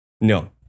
No